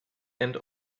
and